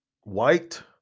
white